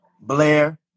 Blair